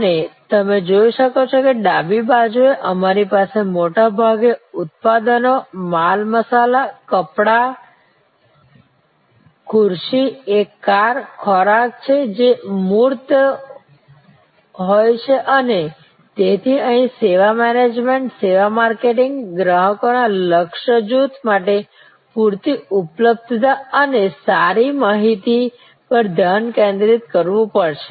અને તમે જોઈ શકો છો કે ડાબી બાજુએ અમારી પાસે મોટાભાગે ઉત્પાદનો માલસામાન કપડાં ખુરશી એક કાર ખોરાક છે જે મૂર્ત હોય છે અને તેથી અહીં સેવા મેનેજમેન્ટ સેવા માર્કેટિંગે ગ્રાહકોના લક્ષ્ય જૂથ માટે પૂરતી ઉપલબ્ધતા અને સારી માહિતી પર ધ્યાન કેન્દ્રિત કરવું પડશે